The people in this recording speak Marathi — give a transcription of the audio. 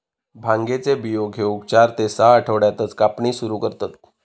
भांगेचे बियो घेऊक चार ते सहा आठवड्यातच कापणी सुरू करतत